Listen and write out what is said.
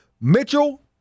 Mitchell